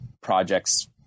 projects